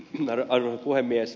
arvoisa puhemies